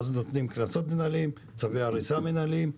ואז נותנים קנסות מינהליים, צווי הריסה מינהליים.